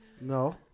No